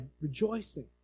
rejoicing